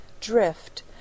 drift